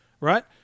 right